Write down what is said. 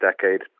decade